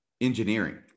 engineering